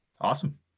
awesome